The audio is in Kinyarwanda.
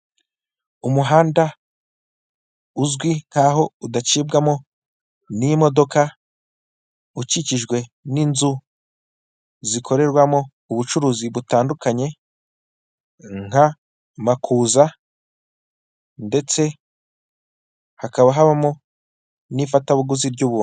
Umuhanda uzwi nkaho udacibwamo n'imodoka ukikijwe n'inzu zikorerwamo ubucuruzi butandukanye nka makuza ndetse hakaba habamo n'ifatabuguzi ry'ubuntu .